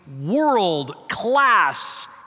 world-class